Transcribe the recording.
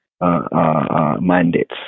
mandates